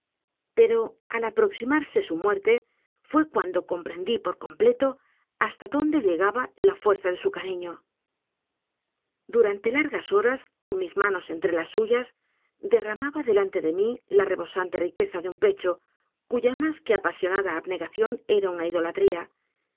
pero al aproximarse su muerte fué cuando comprendí por completo hasta dónde llegaba la fuerza de su cariño durante largas horas con mis manos entre las suyas derramaba delante de mí la rebosante riqueza de un pecho cuya más que apasionada abnegación era una idolatría